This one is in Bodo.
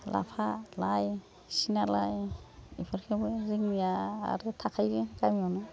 लाफा लाइ सिना लाइ बेफोरखौबो जोंनिया आरो थाखायो गावनियावनो